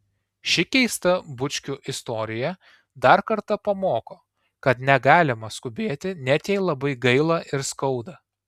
ši keista bučkių istorija dar kartą pamoko kad negalima skubėti net jei labai gaila ir skauda